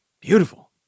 Beautiful